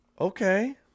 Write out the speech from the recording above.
Okay